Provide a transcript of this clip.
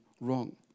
wrong